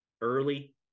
early